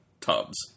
tubs